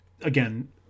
again